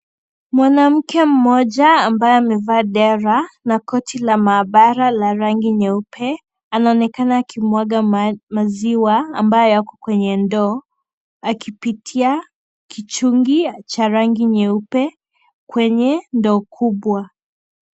Mwanamke mmoja ambaye amevaa dera na koti la mahabara la rangi nyeupe anaonekana kumwaga maziwa ambayo yako kwenye ndoo akipitia kichungi cha rangi nyeupe kwenye ndoo kubwa.